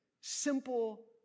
simple